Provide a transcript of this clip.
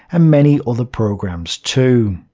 and many other programs too.